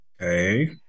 Okay